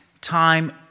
time